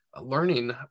learning